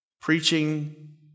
preaching